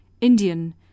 Indian